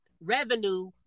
revenue